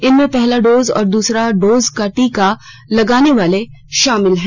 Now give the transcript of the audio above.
इसमें पहला डोज और दूसरा डोज का टीका लगाने वाले शामिल हैं